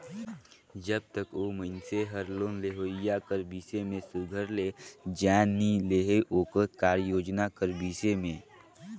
जब तक ओ मइनसे हर लोन लेहोइया कर बिसे में सुग्घर ले जाएन नी लेहे ओकर कारयोजना कर बिसे में